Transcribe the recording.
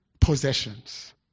possessions